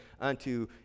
unto